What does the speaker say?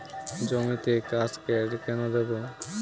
জমিতে কাসকেড কেন দেবো?